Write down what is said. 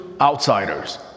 outsiders